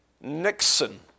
Nixon